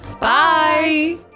Bye